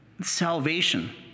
salvation